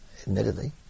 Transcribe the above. admittedly